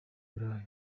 burayi